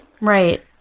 Right